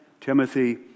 Timothy